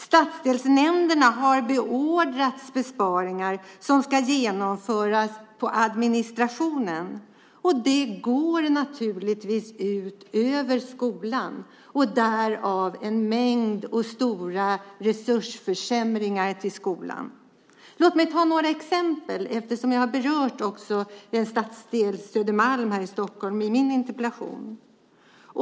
Stadsdelsnämnderna har beordrats besparingar som ska genomföras på administrationen, och det går naturligtvis ut över skolan. Det leder till en mängd stora resursförsämringar i skolan. Låt mig ta några exempel från stadsdelen Södermalm i Stockholm som jag har berört i min interpellation.